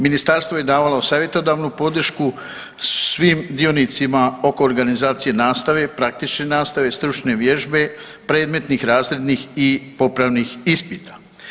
Ministarstvo je davalo savjetodavnu podršku svim dionicima oko organizacije nastave, praktične nastave, stručne vježbe, predmetnih razrednih i popravnih ispita.